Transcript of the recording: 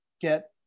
get